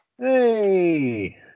Hey